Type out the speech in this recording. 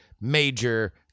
major